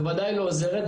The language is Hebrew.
בוודאי לא עוזרת.